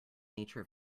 nature